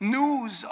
news